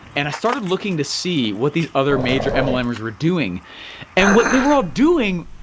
and i started looking to see what these other major mlmers were doing and what they were all doing,